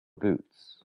boots